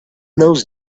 those